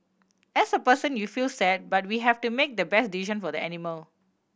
as a person you feel sad but we have to make the best decision for the animal